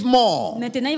more